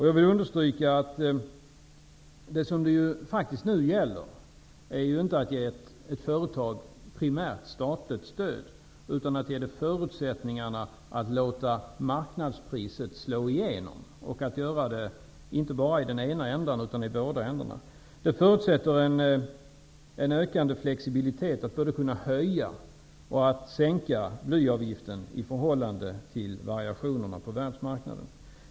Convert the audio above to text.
Jag vill understryka att vad det faktiskt nu gäller inte är att primärt ge ett företag statligt stöd, utan att ge det förutsättningarna att låta marknadspriset slå igenom och att göra det inte bara i den ena änden utan i båda ändarna. Det förutsätter en ökad flexibilitet, att både kunna höja och sänka blyavgiften i förhållande till variationerna på världsmarknaden.